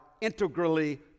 integrally